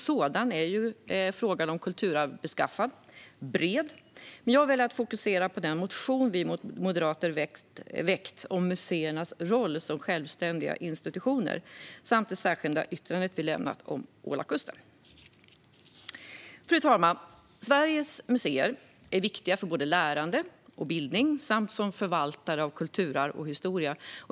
Så är nämligen frågan om kulturarv beskaffad - den är bred. Jag väljer dock att fokusera på den motion om museernas roll som självständiga institutioner som vi moderater har väckt, liksom det särskilda yttrande om ålakusten som vi har lämnat. Fru talman! Sveriges museer är viktiga för lärande och bildning samt som förvaltare av kulturarv och historia.